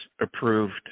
approved